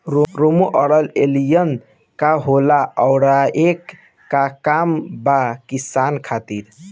रोम्वे आउर एलियान्ज का होला आउरएकर का काम बा किसान खातिर?